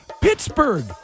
Pittsburgh